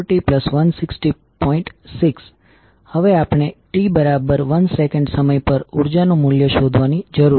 6 હવે આપણે t1s સમય પર ઉર્જા નું મૂલ્ય શોધવાની જરૂર છે